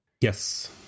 Yes